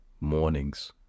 mornings